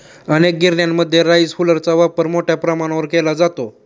अनेक गिरण्यांमध्ये राईस हुलरचा वापर मोठ्या प्रमाणावर केला जातो